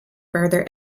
further